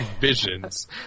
visions